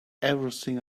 everything